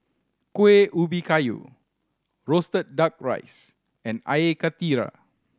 Kuih Ubi Kayu roasted Duck Rice and Air Karthira